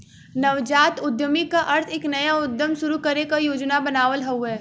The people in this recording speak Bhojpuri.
नवजात उद्यमी क अर्थ एक नया उद्यम शुरू करे क योजना बनावल हउवे